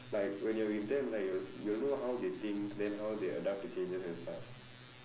like when you are with them right you will know how they think then how they adapt to changes and stuff